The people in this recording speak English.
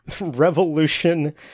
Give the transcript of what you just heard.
revolution